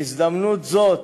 בהזדמנות זאת,